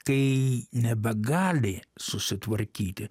kai nebegali susitvarkyti